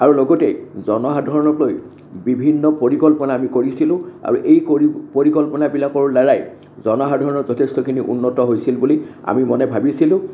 আৰু লগতে জনসাধাৰণকলৈ বিভিন্ন পৰিকল্পনা আমি কৰিছিলোঁ আৰু এই কৰি পৰিকল্পনাবিলাকৰ দ্বাৰাই জনসাধাৰণৰ যথেষ্টখিনি উন্নত হৈছিল বুলি আমি মনে ভাবিছিলোঁ